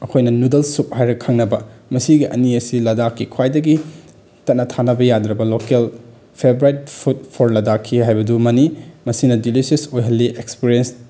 ꯑꯩꯈꯣꯏꯅ noodle soup ꯍꯥꯏꯔꯒ ꯈꯪꯅꯕ ꯃꯁꯤꯒꯤ ꯑꯅꯤ ꯑꯁꯤ ꯂꯗꯥꯛꯀꯤ ꯈ꯭ꯋꯥꯏꯗꯒꯤ ꯇꯠꯅ ꯊꯥꯅꯕ ꯌꯥꯗ꯭ꯔꯥꯕ ꯂꯣꯀꯦꯜ ꯐꯦꯕꯔꯥꯠ ꯐꯨꯠ ꯐꯣꯔ ꯂꯗꯥꯛꯀꯤ ꯍꯥꯏꯕꯗꯨꯃꯅꯤ ꯃꯁꯤꯅ ꯗꯤꯂꯤꯁꯤꯌꯁ ꯑꯣꯏꯍꯜꯂꯤ ꯑꯦꯛꯁꯄꯔꯤꯌꯦꯟꯁ